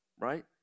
right